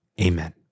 amen